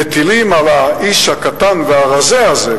מטילים על האיש הקטן והרזה הזה,